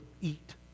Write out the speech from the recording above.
eat